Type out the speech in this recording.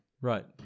Right